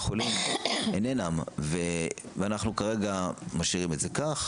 החולים אינם ואנחנו כרגע משאירים את זה כך,